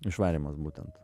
išvarymas būtent